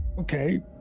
Okay